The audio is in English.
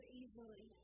easily